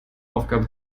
aufgabe